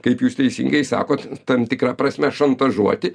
kaip jūs teisingai sakot tam tikra prasme šantažuoti